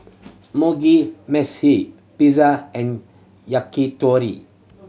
Mugi Meshi Pizza and Yakitori